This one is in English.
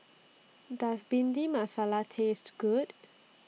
Does Bhindi Masala Taste Good